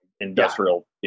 industrial